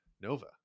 Nova